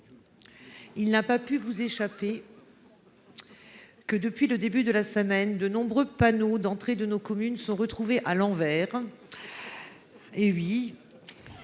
il n’a pu vous échapper que, depuis le début de la semaine, de nombreux panneaux d’entrée de nos communes ont été placés à l’envers ou